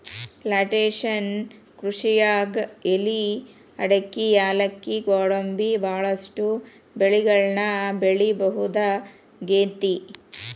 plantation ಕೃಷಿಯಾಗ್ ಎಲಿ ಅಡಕಿ ಯಾಲಕ್ಕಿ ಗ್ವಾಡಂಬಿ ಬಹಳಷ್ಟು ಬೆಳಿಗಳನ್ನ ಬೆಳಿಬಹುದಾಗೇತಿ